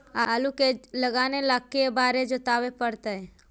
आलू के लगाने ल के बारे जोताबे पड़तै?